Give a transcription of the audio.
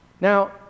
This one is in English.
Now